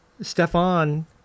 stefan